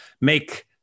make